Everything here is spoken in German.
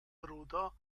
bruder